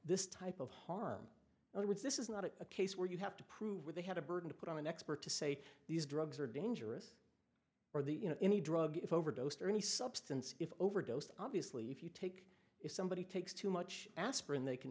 this type of harm it was this is not a case where you have to prove they had a burden to put on an expert to say these drugs are dangerous or the you know any drug overdose or any substance if overdosed obviously if you take if somebody takes too much aspirin they can